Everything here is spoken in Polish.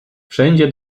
wszędzie